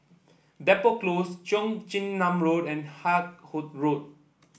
Depot Close Cheong Chin Nam Road and Haig Hot Road